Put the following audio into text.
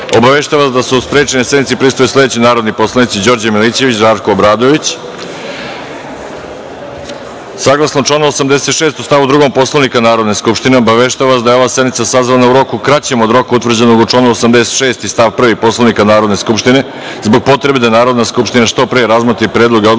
vas da su sprečeni da sednici prisustvuju sledeći narodni poslanici: Đorđe Milićević i Žarko Obradović. Saglasno članu 86. stav 2. Poslovnika Narodne skupštine, obaveštavam vas da je ova sednica sazvana u roku kraćem od roka utvrđenog u članu 86. stav 1. Poslovnika Narodne skupštine zbog potrebe da Narodna skupština što pre razmotri predloge odluka